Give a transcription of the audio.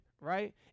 right